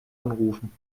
anrufen